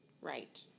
Right